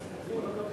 שנייה, חבר הכנסת חנין.